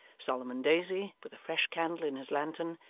solomon daisy, with a fresh candle in his lantern,